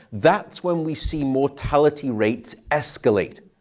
that's when we see mortality rates escalate.